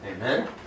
Amen